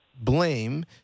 blame